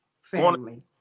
family